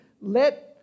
let